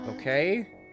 Okay